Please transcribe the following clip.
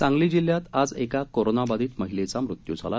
सांगली जिल्ह्यात आज एका कोरोनाबाधित महिलेचा मृत्यू झाला